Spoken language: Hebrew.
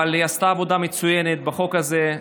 היא עשתה עבודה מצוינת בחוק הזה.